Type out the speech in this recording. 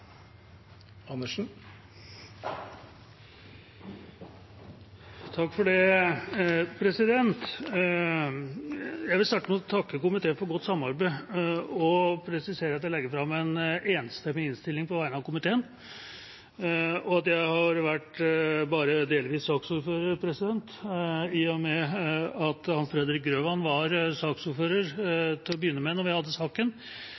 komiteen for godt samarbeid og presisere at jeg legger fram en enstemmig innstilling på vegne av komiteen, og at jeg bare delvis har vært saksordfører, i og med at Hans Fredrik Grøvan var